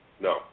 no